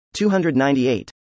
298